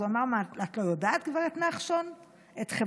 אז הוא אמר: מה, את לא יודעת, גב' נחשון?